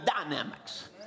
dynamics